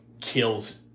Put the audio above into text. kills